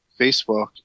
Facebook